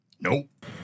Nope